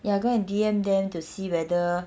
ya go and D_M them to see whether